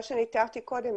מה שאני תיארתי קודם,